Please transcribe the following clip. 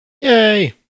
Yay